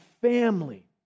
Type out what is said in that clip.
family